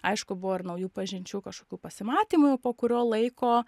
aišku buvo ir naujų pažinčių kažkokių pasimatymų jau po kurio laiko